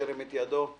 שירים את ידו.